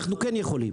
אנחנו כן יכולים,